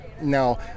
now